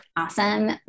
Awesome